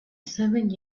seven